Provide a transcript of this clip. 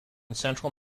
central